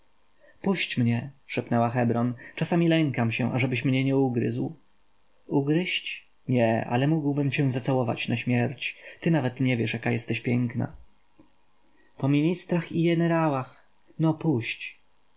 puść mnie szepnęła hebron czasami lękam się ażebyś mnie nie ugryzł ugryźć nie ale mógłbym cię zacałować na śmierć ty nawet nie wiesz jaka jesteś piękna po ministrach i jenerałach no